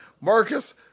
Marcus